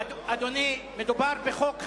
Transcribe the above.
אדוני, מדובר בחוק חשוב,